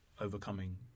overcoming